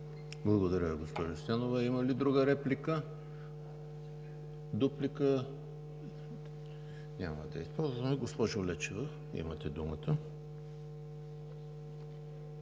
Благодаря, госпожо Стоянова. Има ли друга реплика? Дуплика? Няма да използвате. Госпожо Лечева, имате думата.